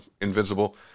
Invincible